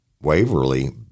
Waverly